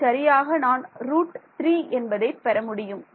மிகச்சரியாக நான் ரூட் 3 என்பதை பெற முடியும்